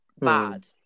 bad